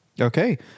Okay